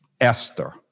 Esther